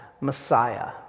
Messiah